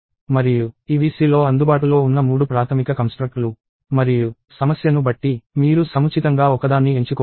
మరియు ఇవి C లో అందుబాటులో ఉన్న మూడు ప్రాథమిక కంస్ట్రక్ట్ లు మరియు సమస్యను బట్టి మీరు సముచితంగా ఒకదాన్ని ఎంచుకోవాలి